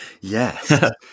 Yes